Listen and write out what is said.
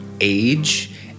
age